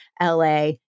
LA